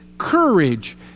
Courage